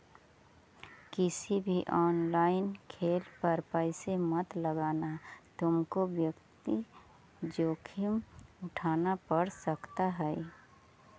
किसी भी ऑनलाइन खेल पर पैसे मत लगाना तुमको वित्तीय जोखिम उठान पड़ सकता है